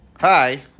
Hi